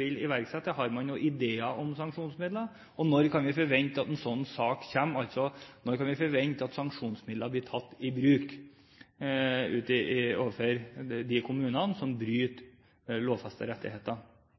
vil iverksette? Har han noen ideer om sanksjonsmidler? Og når kan vi forvente at en sånn sak kommer – altså når kan vi forvente at sanksjonsmidlene blir tatt i bruk overfor de kommunene som bryter lovfestede rettigheter?